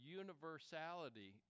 universality